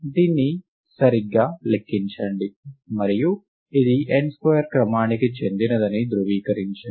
దీన్ని సరిగ్గా లెక్కించండి మరియు ఇది n స్క్వేర్ క్రమానికి చెందినదని ధృవీకరించండి